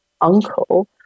uncle